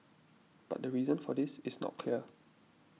but the reason for this is not clear